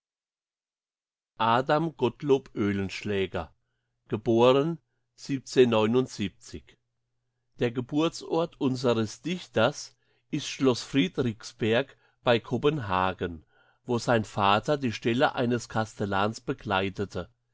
oehlenschläger geboren der geburtsort unsers dichters ist schloß friedrichsberg bei kopenhagen wo sein vater die stelle eines kastellans bekleidete